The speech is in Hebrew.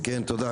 כן, תודה.